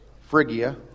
Phrygia